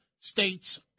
States